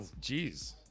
Jeez